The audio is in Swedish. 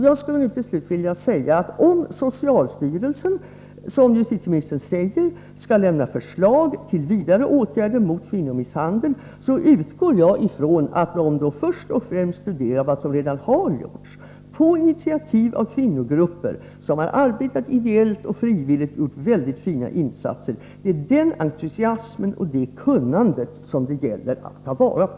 Jag vill till slut säga: Om socialstyrelsen, som justitieministern säger, skall lämna förslag till vidare åtgärder mot kvinnomisshandel, utgår jag från att man först och främst studerar vad som redan har gjorts på initiativ av kvinnogrupper, som har arbetat ideellt och gjort mycket fina insatser. Det är den entusiasmen och det kunnandet det gäller att ta vara på.